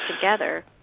together